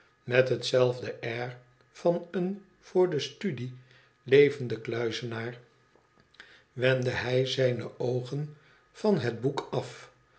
met hetzelfde air van een voor de studie levenden kluizenaar wendde hij zijne oogen van het boek af